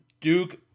Duke